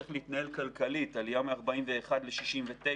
בשאלת ההתנהלות הכלכלית, עלייה מ-41 ל-69%.